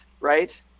right